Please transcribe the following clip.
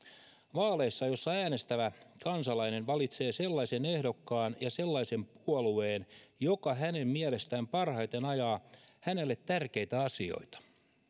vaaleissa joissa äänestävä kansalainen valitsee sellaisen ehdokkaan ja sellaisen puolueen joka hänen mielestään parhaiten ajaa hänelle tärkeitä asioita